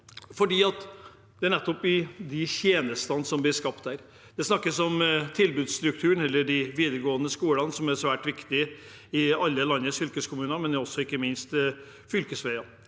for det er der tjenestene blir skapt. Det snakkes om tilbudsstrukturen eller om de videregående skolene, som er svært viktige i alle landets fylkeskommuner, og ikke minst fylkesveier.